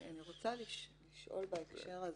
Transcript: אני רוצה לשאול בהקשר הזה,